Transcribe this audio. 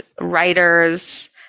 writers